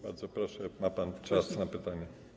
Bardzo proszę, ma pan czas na pytanie.